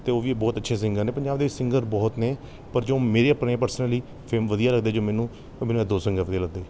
ਅਤੇ ਉਹ ਵੀ ਬਹੁਤ ਅੱਛੇ ਸਿੰਗਰ ਨੇ ਪੰਜਾਬ ਦੇ ਵਿੱਚ ਸਿੰਗਰ ਬਹੁਤ ਨੇ ਪਰ ਜੋ ਮੇਰੇ ਆਪਣੇ ਪਰਸਨਲੀ ਫੇਮ ਵਧੀਆ ਲੱਗਦੇ ਜੋ ਮੈਨੂੰ ਉਹ ਮੈਨੂੰ ਇਹ ਦੋ ਸਿੰਗਰ ਵਧੀਆ ਲੱਗਦੇ